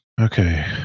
Okay